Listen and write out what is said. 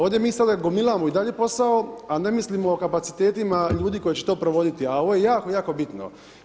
Ovdje mi sada gomilamo i dalje posao, a ne mislimo o kapacitetima ljudi koji će to provoditi, a ovo je jako, jako bitno.